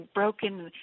broken